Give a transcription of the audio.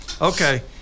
Okay